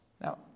Now